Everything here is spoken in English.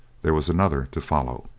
there was another to follow.